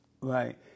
Right